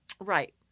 Right